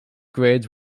grades